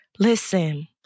Listen